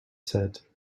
said